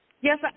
Yes